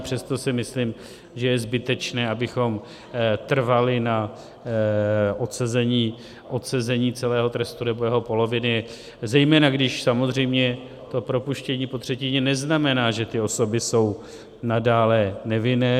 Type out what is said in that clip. Přesto si myslím, že je zbytečné, abychom trvali na odsezení celého trestu nebo jeho poloviny, zejména když samozřejmě to propuštění po třetině neznamená, že ty osoby jsou nadále nevinné.